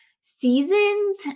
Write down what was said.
seasons